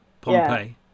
pompeii